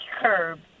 curb